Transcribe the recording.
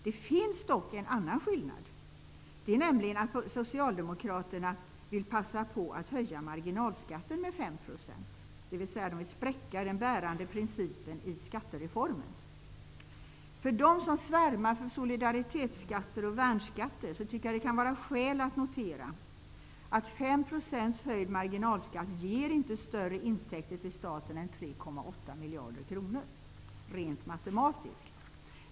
Det finns dock en annan skillnad, nämligen att Socialdemokraterna vill passa på att höja marginalskatten med 5 %, dvs. man vill spräcka den bärande principen i skattereformen. För dem som svärmar för ''solidaritetsskatter'' och ''värnskatter'' kan det vara skäl att notera att 5 % höjd marginalskatt inte ger större intäkter till staten än 3,8 miljarder kronor, rent matematiskt.